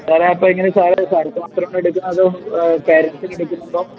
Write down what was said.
സാറെ അപ്പോൾ എങ്ങെനെയാണ് സാറ് സാർക്ക് മാത്രമാണോ എടുക്കുന്നത് അതോ പേരെന്റ് സിന് എടുക്കുന്നുണ്ടോ